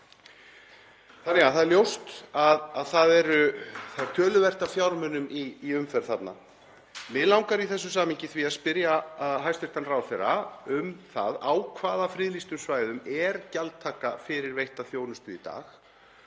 Það er því ljóst að það er töluvert af fjármunum í umferð þarna. Mig langar í þessu samhengi því að spyrja hæstv. ráðherra: Á hvaða friðlýstu svæðum er gjaldtaka fyrir veitta þjónustu í dag?